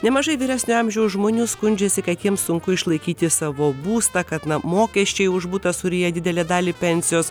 nemažai vyresnio amžiaus žmonių skundžiasi kad jiems sunku išlaikyti savo būstą kad mokesčiai už butą suryja didelę dalį pensijos